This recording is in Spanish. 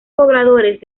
pobladores